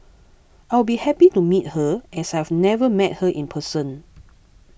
I'll be happy to meet her as I've never met her in person